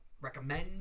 recommend